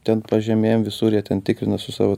ten pažemėm visur jie ten tikrina su savo